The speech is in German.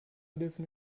dürfen